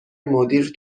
مدیر